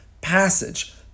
passage